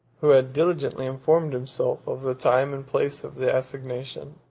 who had diligently informed himself of the time and place of the assignation,